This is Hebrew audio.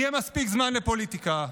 יהיה מספיק זמן לפוליטיקה.